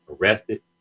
arrested